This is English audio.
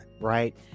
right